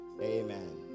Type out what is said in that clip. Amen